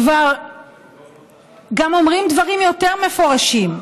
כבר גם אומרים דברים יותר מפורשים,